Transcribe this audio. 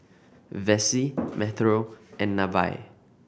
Vessie Metro and Nevaeh